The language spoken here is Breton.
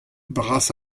bras